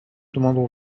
demandons